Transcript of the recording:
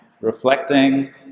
reflecting